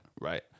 right